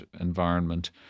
environment